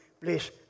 please